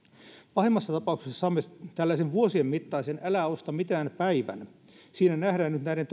pahimmassa tapauksessa saamme tällaisen vuosien mittaisen älä osta mitään päivän siinä nähdään nyt näiden